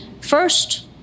first